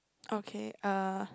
okay uh